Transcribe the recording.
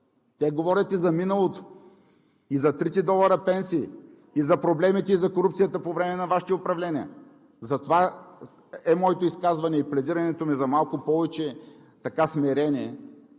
те говорят и за миналото, и за трите долара пенсии, и за проблемите, и за корупцията по време на Вашите управления. Затова е моето изказване и пледирането ми за малко повече смирение,